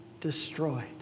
destroyed